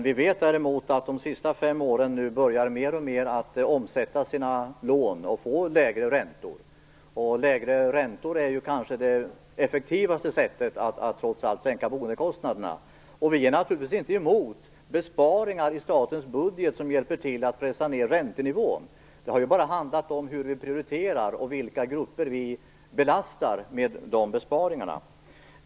Vi vet däremot att de som bor i hus som är byggda under de senaste fem åren mer och mer börjar att omsätta sina lån och få lägre räntor, och lägre räntor är trots allt det effektivaste sättet att sänka boendekostnaderna. Vi är naturligtvis inte emot besparingar i statens budget som hjälper till att pressa ned räntenivån. Det har bara handlat om hur vi prioriterar och vilka grupper vi belastar med de besparingarna.